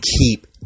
keep